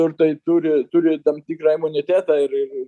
turtai turi turi tam tikrą imunitetą ir ir ir